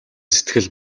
сэтгэл